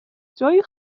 جایی